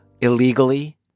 illegally